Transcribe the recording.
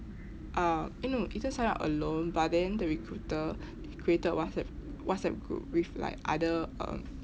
uh eh no ethan sign up alone but then the recruiter he created whatsapp whatsapp group with like other uh